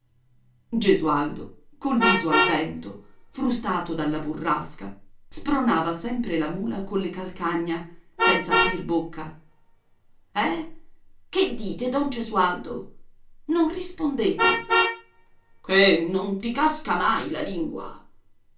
gesualdo col viso al vento frustato dalla burrasca spronava sempre la mula colle calcagna senza aprir bocca eh che dite don gesualdo non rispondete che non ti casca mai la lingua